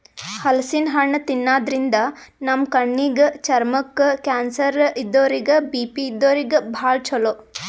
ಹಲಸಿನ್ ಹಣ್ಣ್ ತಿನ್ನಾದ್ರಿನ್ದ ನಮ್ ಕಣ್ಣಿಗ್, ಚರ್ಮಕ್ಕ್, ಕ್ಯಾನ್ಸರ್ ಇದ್ದೋರಿಗ್ ಬಿ.ಪಿ ಇದ್ದೋರಿಗ್ ಭಾಳ್ ಛಲೋ